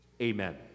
Amen